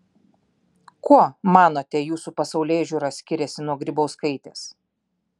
kuo manote jūsų pasaulėžiūra skiriasi nuo grybauskaitės